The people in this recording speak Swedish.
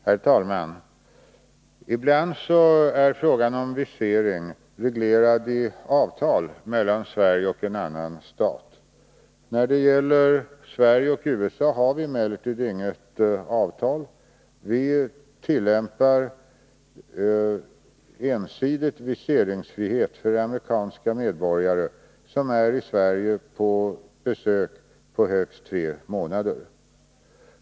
Herr talman! Ibland är frågan om visering reglerad i avtal mellan Sverige och ett annat land. När det gäller Sverige och USA har vi emellertid inget avtal. Vi tillämpar ensidigt viseringsfrihet för amerikanska medborgare, som är i Sverige på besök på högst tre månader.